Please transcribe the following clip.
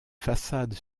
façades